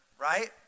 right